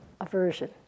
Aversion